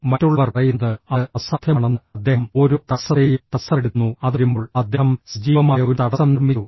മറ്റുള്ളവർ പറയുന്നത് അത് അസാധ്യമാണെന്ന് അദ്ദേഹം ഓരോ തടസ്സത്തെയും തടസ്സപ്പെടുത്തുന്നു അത് വരുമ്പോൾ അദ്ദേഹം സജീവമായ ഒരു തടസ്സം നിർമ്മിച്ചു